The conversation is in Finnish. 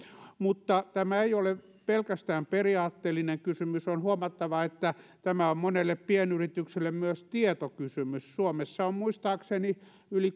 mutta tämä ei ole pelkästään periaatteellinen kysymys on huomattava että tämä on monelle pienyritykselle myös tietokysymys suomessa on muistaakseni yli